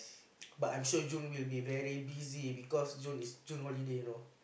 but I'm sure June will be very busy because June is June holiday you know